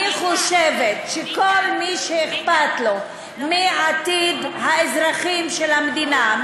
אני חושבת שכל מי שאכפת לו מעתיד האזרחים של המדינה,